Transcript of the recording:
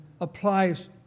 applies